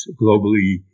globally